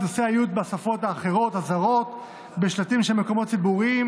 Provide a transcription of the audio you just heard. את נושא האיות בשפות הזרות האחרות בשלטים של מקומות ציבוריים,